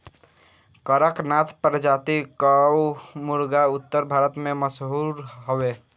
कड़कनाथ प्रजाति कअ मुर्गा उत्तर भारत में मशहूर हवे